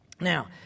Now